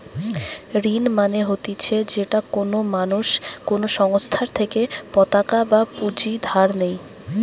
ঋণ মানে হতিছে যেটা কোনো মানুষ কোনো সংস্থার থেকে পতাকা বা পুঁজি ধার নেই